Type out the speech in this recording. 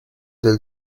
del